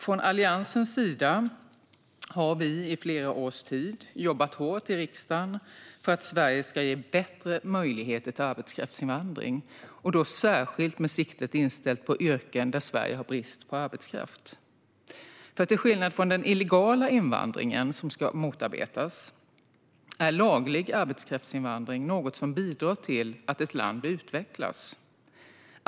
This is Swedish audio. Från Alliansens sida har vi i flera års tid jobbat hårt i riksdagen för att Sverige ska ge bättre möjligheter till arbetskraftsinvandring, och då särskilt med siktet inställt på yrken där Sverige har brist på arbetskraft. För till skillnad från den illegala invandringen, som ska motarbetas, är laglig arbetskraftsinvandring något som bidrar till att ett land utvecklas.